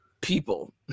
people